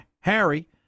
Harry